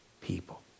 people